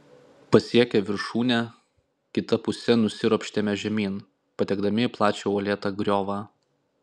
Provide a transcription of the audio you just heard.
pasiekę viršūnę kita puse nusiropštėme žemyn patekdami į plačią uolėtą griovą